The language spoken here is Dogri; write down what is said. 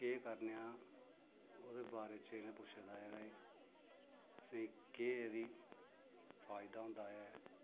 केह् करने आं ओह्दे बारे च इनें पुच्छे दा ऐ ते असें गी केह् एह्दी फायदा होंदा ऐ